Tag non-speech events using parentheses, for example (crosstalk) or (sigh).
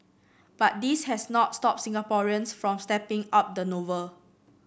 but this has not stopped Singaporeans from (unintelligible) up the novel